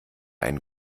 einen